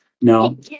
No